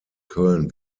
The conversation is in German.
köln